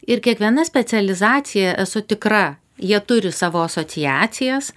ir kiekviena specializacija esu tikra jie turi savo asociacijas